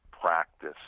practice